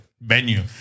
venue